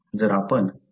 जर आपण 3